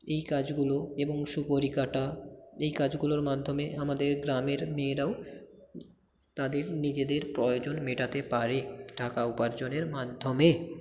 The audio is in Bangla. এই কাজগুলো এবং সুপুরি কাটা এই কাজগুলোর মাধ্যমে আমাদের গ্রামের মেয়েরাও তাদের নিজেদের প্রয়োজন মেটাতে পারে টাকা উপার্জনের মাধ্যমে